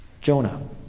Jonah